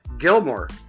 Gilmore